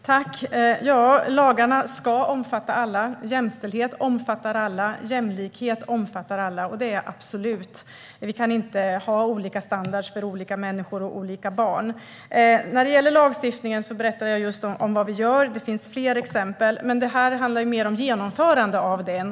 Herr talman! Lagarna ska omfatta alla. Jämställdhet omfattar alla. Jämlikhet omfattar alla. Det är absolut. Vi kan inte ha olika standarder för olika människor och för olika barn. När det gäller lagstiftningen berättade jag just om vad vi gör. Det finns fler exempel. Men detta handlar mer om genomförandet av strategin.